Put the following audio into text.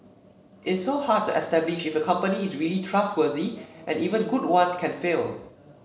it's so hard to establish if a company is really trustworthy and even good ones can fail